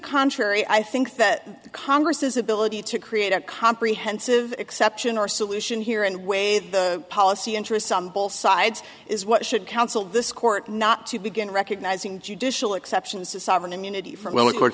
contrary i think that congress's ability to create a comprehensive exception or solution here and weigh the policy interests on both sides is what should counsel this court not to begin recognizing judicial exceptions to sovereign immunity from well a cour